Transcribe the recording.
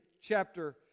chapter